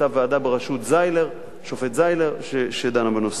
היתה ועדה בראשות השופט זיילר שדנה בנושא.